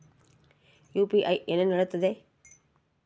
UPI ಏನನ್ನು ಹೇಳುತ್ತದೆ?